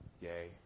Yay